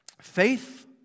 faith